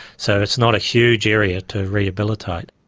so it's not a huge area to rehabilitate.